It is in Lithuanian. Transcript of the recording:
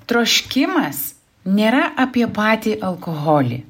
troškimas nėra apie patį alkoholį